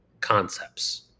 concepts